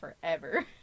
forever